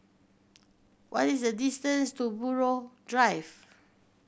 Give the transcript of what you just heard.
what is the distance to Buroh Drive